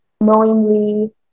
knowingly